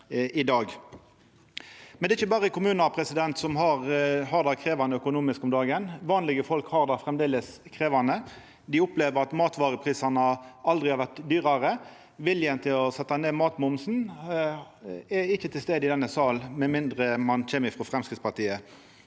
Men det er ikkje berre kommunar som har det krevjande økonomisk om dagen. Vanlege folk har det framleis krevjande. Dei opplever at matvareprisane aldri har vore høgare. Viljen til å setja ned matmomsen er ikkje til stades i denne salen med mindre ein kjem frå Framstegspartiet.